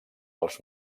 els